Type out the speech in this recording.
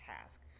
task